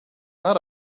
not